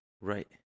Right